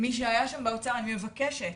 מי שהיה שם באוצר, אני מבקשת,